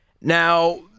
Now